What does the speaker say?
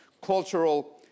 cultural